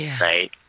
right